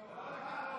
התשפ"ב 2022,